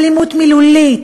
אלימות מילולית,